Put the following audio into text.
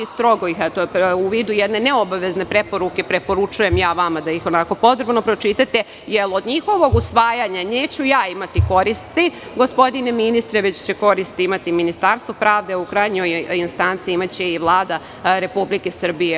U vidu jedne neobavezne preporuke, preporučujem vam da ih podrobno pročitate, jer od njihovog usvajanja neću imati ja koristi, gospodine ministre, već će korist imati Ministarstvo pravde, a u krajnjoj instanci imaće je i Vlada Republike Srbije.